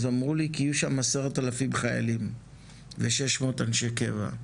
אז אמרו לי כי יהיו שם 10,000 חיילים ו-600 אנשי קבע,